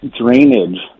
drainage